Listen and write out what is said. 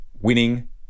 Winning